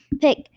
pick